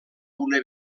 una